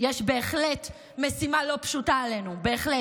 יש בהחלט משימה לא פשוטה עלינו, בהחלט.